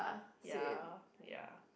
ya ya